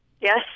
yes